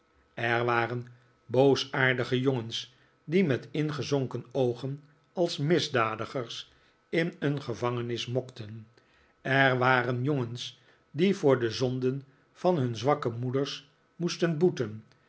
er waren boosaardige jongens die met ingezonken oogen als misdadigers in een gevangenis mokten er waren jongens die voor de zonden van nun zwakke moeders moesten boeten